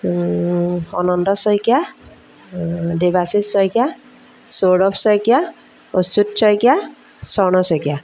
Ananta Saikia Debashish Saikia Sourav Saikia Achyut Saikia Swarna Saikia